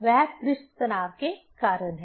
वह पृष्ठ तनाव के कारण है